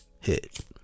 hit